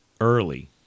early